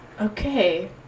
Okay